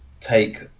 take